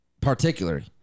particularly